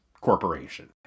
corporation